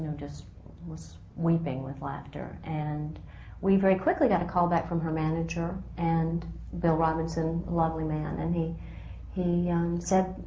um just was weeping with laughter. and we very quickly got a call back from her manager, and bill robinson, lovely man. and he he said,